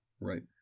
Right